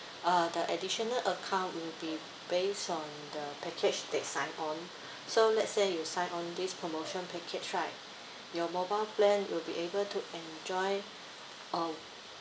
uh the additional account will be based on the package they sign on so let's say you sign on this promotion package right your mobile plan you'll be able to enjoy uh